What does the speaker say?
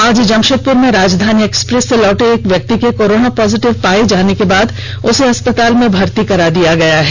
आज जमषेदपुर में राजधानी एक्सप्रेस से लौटे एक व्यक्ति के कोरोना पॉजिटिव पाये जाने के बाद उसे अस्पताल में भर्ती कराया गया है